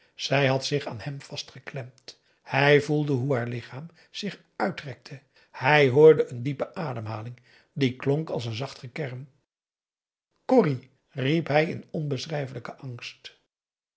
zij had zich aan hem vastgeklemd hij voelde hoe haar lichaam zich uitrekte hij hoorde eene diepe ademhaling die klonk als een zacht gekerm corrie riep hij in onbeschrijflijken angst